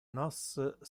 nos